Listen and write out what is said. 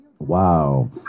Wow